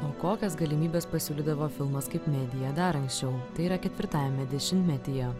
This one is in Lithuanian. o kokias galimybes pasiūlydavo filmas kaip medija dar anksčiau tai yra ketvirtajame dešimtmetyje